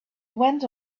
went